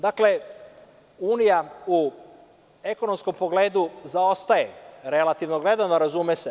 Dakle, Unija u ekonomskom pogledu zaostaje, relativno gledano, razume se.